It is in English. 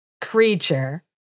creature